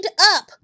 up